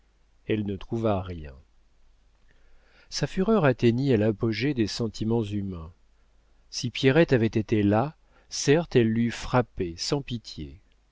elle ne trouva rien sa fureur atteignit à l'apogée des sentiments humains si pierrette avait été là certes elle l'eût frappée sans pitié